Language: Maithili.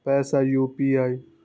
पैसा यू.पी.आई?